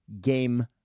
game